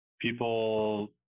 people